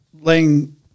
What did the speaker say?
laying